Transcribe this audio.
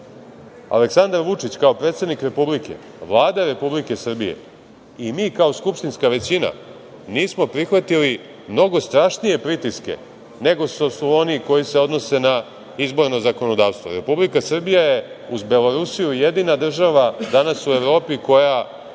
Vučić kao predsednik Republike, Vlada Republike Srbije i mi kao skupštinska većina nismo prihvatili mnogo strašnije pritiske nego što su oni koji se odnose na izborno zakonodavstvo. Republika Srbija je, uz Belorusiju, jedina država danas u Evropi koja